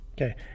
okay